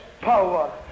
power